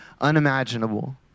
unimaginable